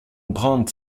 brandt